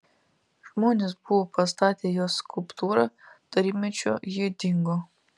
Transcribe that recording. žmonės buvo pastatę jos skulptūrą tarybmečiu ji dingo